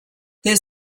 their